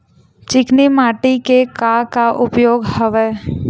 चिकनी माटी के का का उपयोग हवय?